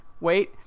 wait